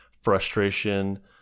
frustration